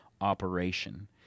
operation